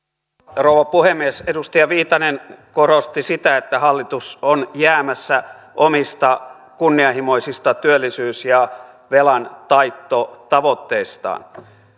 rouva puhemies edustaja viitanen korosti sitä että hallitus on jäämässä omista kunnianhimoisista työllisyys ja velantaittotavoitteistaan